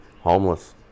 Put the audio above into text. homeless